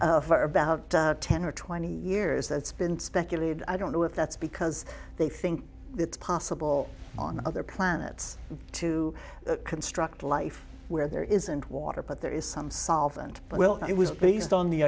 here for about ten or twenty years that's been speculated i don't know if that's because they think it's possible on other planets to construct life where there isn't water but there is some solvent but well it was based on the